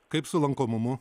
kaip su lankomumu